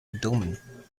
abdomen